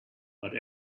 but